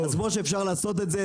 אז כמו שאפשר לעשות את זה,